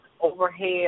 overhead